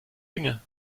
dinge